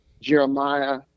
jeremiah